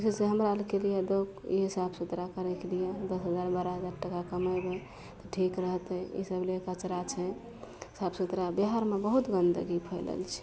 जैस हमरा लोकके लिये इएह साफ सुथरा करयके लिये दस हजार बारह हजार टाका कमेबय तऽ ठीक रहतइ ईसब जे कचरा छै साफ सुथरा बिहारमे बहुत गन्दगी फैलल छै